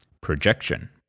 Projection